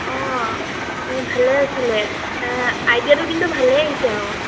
অঁ ভালে আছিলে আইডিয়াটো কিন্তু ভালেই আহিছে আকৌ